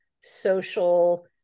social